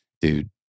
Dude